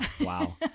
wow